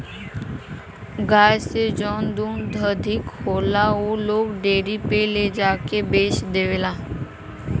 गाय से जौन दूध अधिक होला उ लोग डेयरी पे ले जाके के बेच देवला